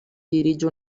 dirige